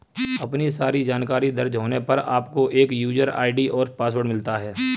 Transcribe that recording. आपकी सारी जानकारी दर्ज होने पर, आपको एक यूजर आई.डी और पासवर्ड मिलता है